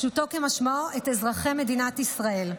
פשוטו כמשמעו, את אזרחי מדינת ישראל.